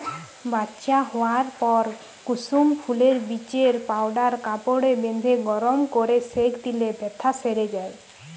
বাচ্চা হোয়ার পর কুসুম ফুলের বীজের পাউডার কাপড়ে বেঁধে গরম কোরে সেঁক দিলে বেথ্যা সেরে যায়